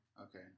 Okay